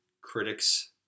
critics